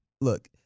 look